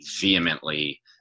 vehemently